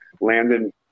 Landon